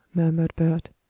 murmured bert.